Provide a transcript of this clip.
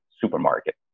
supermarket